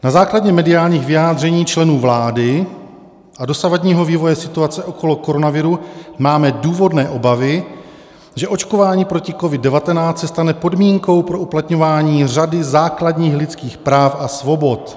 Na základě mediálních vyjádření členů vlády a dosavadního vývoje situace okolo koronaviru máme důvodné obavy, že očkování proti COVID19 se stane podmínkou pro uplatňování řady základních lidských práv a svobod...